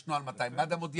יש נוהל מתי מד"א מודיעים,